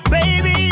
Baby